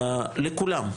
לכולם.